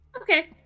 Okay